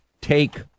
take